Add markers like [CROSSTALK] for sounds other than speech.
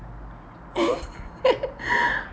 [LAUGHS]